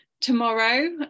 tomorrow